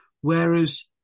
Whereas